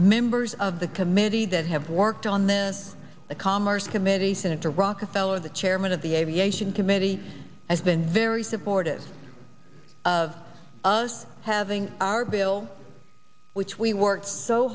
members of the committee that have worked on this the commerce committee senator rockefeller the chairman of the aviation committee has been very supportive of us having our bill which we worked so